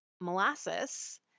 molasses